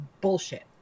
bullshit